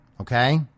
Okay